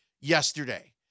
yesterday